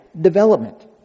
development